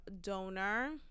donor